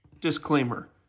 Disclaimer